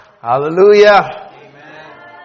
Hallelujah